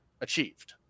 achieved